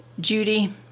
Judy